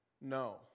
No